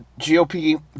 GOP